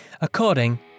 according